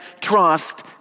trust